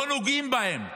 לא נוגעים בהם.